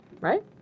right